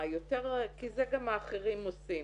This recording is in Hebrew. כי זה גם מה שהאחרים עושים,